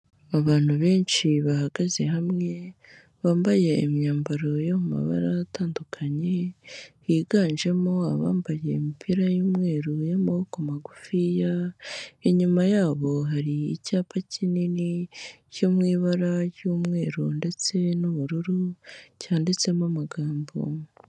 Abantu benshi bahagaze hamwe, bambaye imyambaro yo mu mabara atandukanye, higanjemo abambaye imipira y'umweru y'amaboko magufiya, inyuma yabo hari icyapa kinini cyo mu ibara ry'umweru ndetse n'ubururu cyanditsemo amagambo.